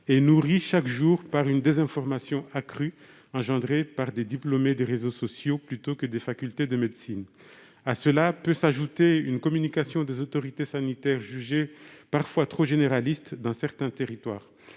est nourrie chaque jour par une désinformation accrue, engendrée par des diplômés des réseaux sociaux plutôt que par des facultés de médecine. À cela peut s'ajouter une communication des autorités sanitaires jugée parfois trop généraliste dans certains territoires.